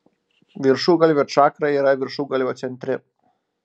viršugalvio čakra yra viršugalvio centre